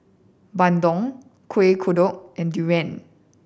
Bandung Kuih Kodok and Durian